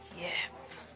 Yes